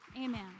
amen